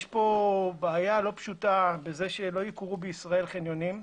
יש פה בעיה לא פשוטה בזה שלא יוכרו בישראל חניונים.